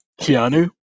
Keanu